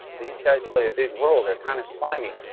these guys play a big role. they're kind of slimy,